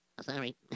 Sorry